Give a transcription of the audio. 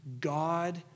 God